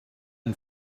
and